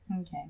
Okay